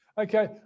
Okay